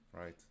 right